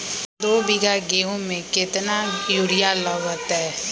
दो बीघा गेंहू में केतना यूरिया लगतै?